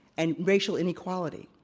and racial inequality.